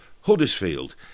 Huddersfield